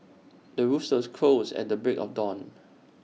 the rooster crows at the break of dawn